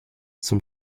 zum